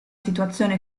situazione